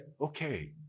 okay